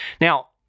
Now